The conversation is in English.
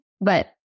But-